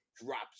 Drops